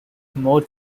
more